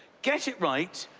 get it right,